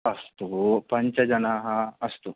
अस्तु पञ्चजनाः अस्तु